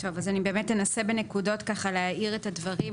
אז אני באמת אנסה בנקודות להעיר את הדברים,